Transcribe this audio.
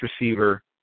receiver